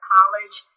College